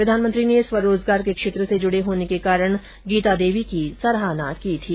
प्रधानमंत्री ने स्व रोजगार के क्षेत्र से जुड़े होने के कारण गीता देवी की सराहना की थी